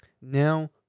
Now